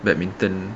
badminton